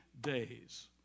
days